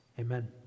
Amen